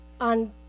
on